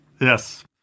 Yes